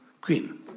Queen